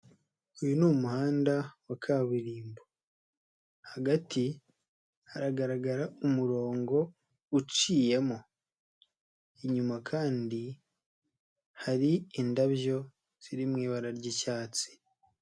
Uyu ni umuhanda wa kaburimbo hagati hagaragara umurongo uciyemo, inyuma kandi hari indabyo ziri mu ibara ry'icyatsi.